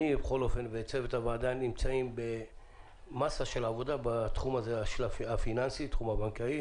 אני וצוות הוועדה נמצאים במסה של עבודה בתחום הפיננסי והתחום הבנקאי.